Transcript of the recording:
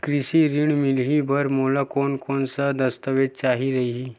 कृषि ऋण मिलही बर मोला कोन कोन स दस्तावेज चाही रही?